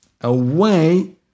away